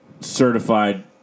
Certified